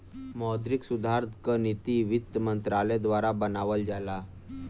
मौद्रिक सुधार क नीति वित्त मंत्रालय द्वारा बनावल जाला